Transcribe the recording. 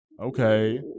Okay